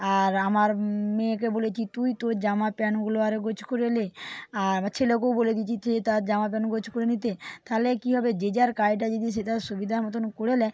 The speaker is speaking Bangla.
আর আমার মেয়েকে বলেছি তুই তোর জামা প্যান্টগুলো আর এ গোছ করে নে আর ছেলেকেও বলে দিয়েছি যে তার জামাপ্যান্ট গোছ করে নিতে তাহলে কী হবে যে যার কাজটা যদি সে তার সুবিধা মতন করে নেয়